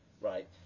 right